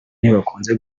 ntibakunze